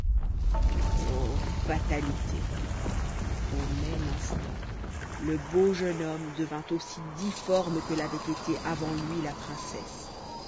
fatalité au même instant le beau jeune homme devint aussi difforme que l'avait été avant lui la princesse